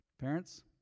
Parents